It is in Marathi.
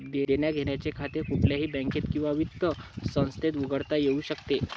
देण्याघेण्याचे खाते कुठल्याही बँकेत किंवा वित्त संस्थेत उघडता येऊ शकते